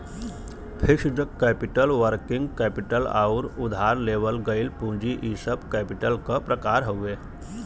fixed capital working capital आउर उधार लेवल गइल पूंजी इ सब कैपिटल क प्रकार हउवे